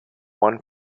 one